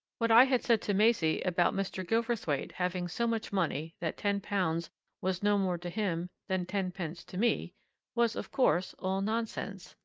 what i had said to maisie about mr. gilverthwaite having so much money that ten pounds was no more to him than ten pence to me was, of course, all nonsense,